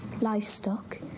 livestock